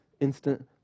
instant